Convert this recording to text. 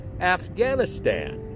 afghanistan